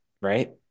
right